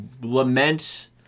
lament